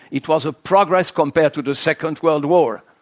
it was a progress compared to the second world war.